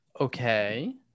Okay